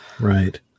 Right